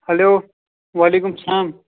hello وعلیکُم سَلام